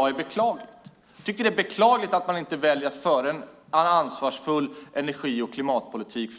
Jag beklagar att man från oppositionens sida inte väljer att föra en ansvarsfull energi och klimatpolitik;